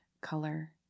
color